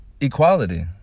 equality